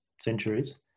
centuries